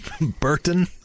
Burton